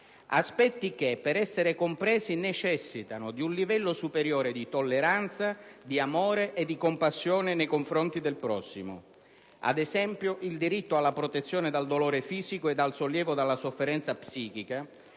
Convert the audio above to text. Aspetti che, per essere compresi, necessitano di un livello superiore di tolleranza, di amore e di compassione nei confronti del prossimo. Ad esempio, il diritto alla protezione dal dolore fisico ed al sollievo dalla sofferenza psichica